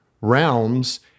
realms